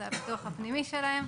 זה הפיתוח הפנימי שלהם.